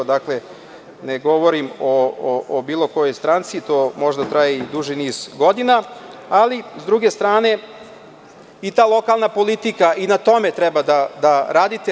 Dakle, ne govorim o bilo kojoj stranci, to možda traje i duži niz godina, ali s druge strane i ta lokalna politika, i na tome treba da radite.